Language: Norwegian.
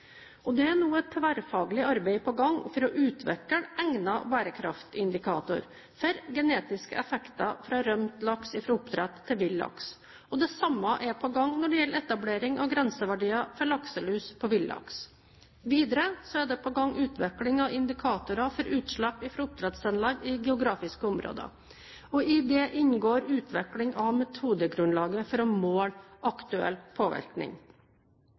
Det er nå et tverrfaglig arbeid på gang for å utvikle egnet bærekraftindikator for genetiske effekter fra rømt laks fra oppdrett til vill laks, og det samme er på gang når det gjelder etablering av grenseverdier for lakselus på villaks. Videre er det på gang utvikling av indikatorer for utslipp fra oppdrettsanlegg i geografiske områder. I dette inngår utvikling av metodegrunnlaget for å måle aktuell påvirkning.